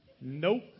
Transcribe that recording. Nope